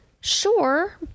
sure